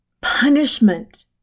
punishment